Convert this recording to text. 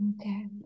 Okay